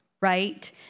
right